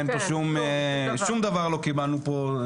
שום דבר לא קיבלנו פה.